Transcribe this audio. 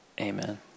Amen